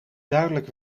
duidelijk